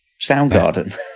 Soundgarden